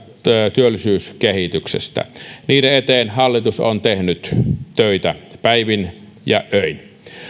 työllisyyskehityksestä niiden eteen hallitus on tehnyt töitä päivin ja öin